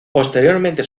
posteriormente